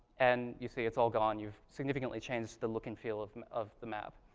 and you see it's all gone. you've significantly changed the look and feel of of the map.